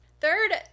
Third